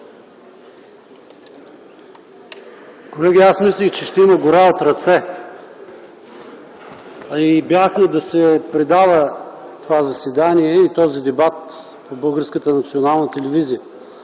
Колеги, аз мислех, че ще има гора от ръце. Бяхме „за” това заседание и този дебат да се